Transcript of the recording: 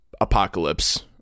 apocalypse